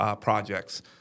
projects